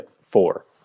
four